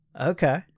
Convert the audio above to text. Okay